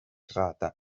saada